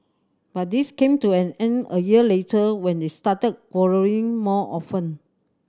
but this came to an end a year later when they started quarrelling more often